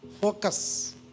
focus